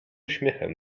uśmiechem